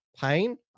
pain